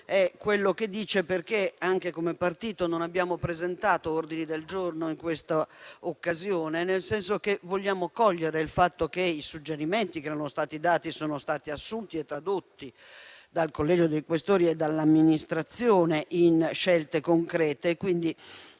si evince dal fatto che anche come partito non abbiamo presentato ordini del giorno in questa occasione, nel senso che abbiamo colto il fatto che i suggerimenti che erano stati dati sono stati assunti e tradotti dal Collegio dei senatori Questori e dall'Amministrazione in scelte concrete.